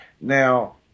Now